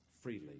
freely